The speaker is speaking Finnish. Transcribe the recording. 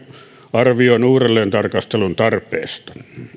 arvioon uudelleentarkastelun tarpeesta